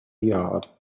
yard